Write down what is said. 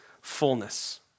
fullness